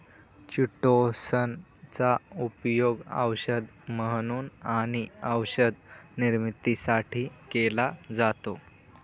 chitosan चा उपयोग औषध म्हणून आणि औषध निर्मितीसाठी केला जातो